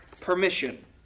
permission